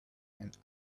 and